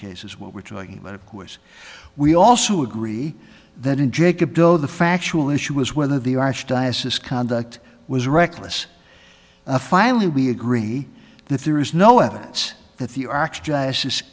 cases what we're talking about of course we also agree that in jacob though the factual issue was whether the archdiocese conduct was reckless or finally we agree that there is no evidence that the archdiocese